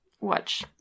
watch